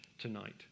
tonight